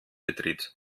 betritt